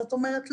זאת אומרת,